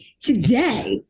today